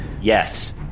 yes